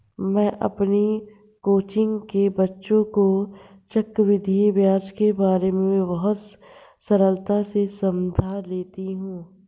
मैं अपनी कोचिंग के बच्चों को चक्रवृद्धि ब्याज के बारे में बहुत सरलता से समझा लेती हूं